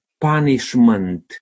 punishment